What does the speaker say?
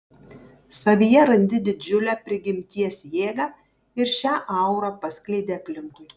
savyje randi didžiulę prigimties jėgą ir šią aurą paskleidi aplinkui